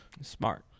Smart